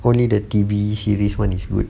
only the T_V series one is good